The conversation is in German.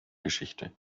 geschichte